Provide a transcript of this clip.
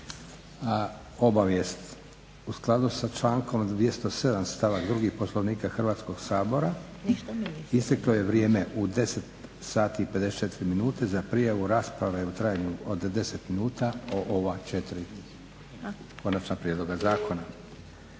Obavijest. U skladu sa člankom 207. stavak 2. Poslovnika Hrvatskog sabora isteklo je vrijeme u 10,54 sati za prijavu rasprave u trajanju od 10 minuta o ova četiri konačna prijedloga zakona.